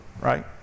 right